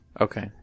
Okay